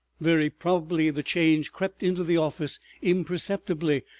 very probably the change crept into the office imperceptibly,